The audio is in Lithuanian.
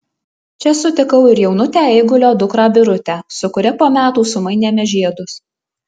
čia sutikau ir jaunutę eigulio dukrą birutę su kuria po metų sumainėme žiedus